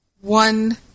one